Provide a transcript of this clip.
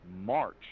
March—